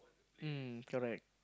mm correct